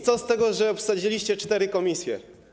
Co z tego, że obsadziliście cztery komisje?